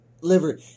liver